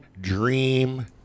dream